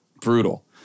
Brutal